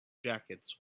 jackets